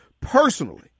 personally